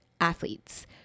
athletes